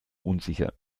unsicher